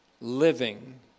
living